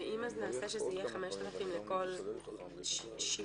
נניח נעשה 5,000 לכל שיווק